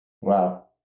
Wow